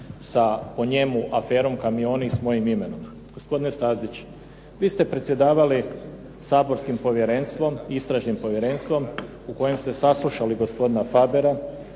sa po njemu "aferom kamioni" i s mojim imenom. Gospodine Stazić, vi ste predsjedavali saborskim povjerenstvom, istražnim povjerenstvom u kojem ste saslušali gospodina Fabera